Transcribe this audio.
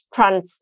Trans